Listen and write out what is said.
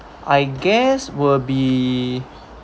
I guess will be